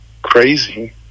crazy